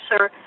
sir